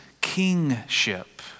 kingship